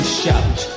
shout